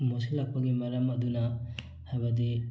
ꯃꯣꯠꯁꯤꯜꯂꯛꯄꯒꯤ ꯃꯔꯝ ꯑꯗꯨꯅ ꯍꯥꯏꯕꯗꯤ